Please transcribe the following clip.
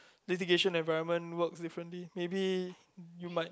litigation environment works differently maybe you might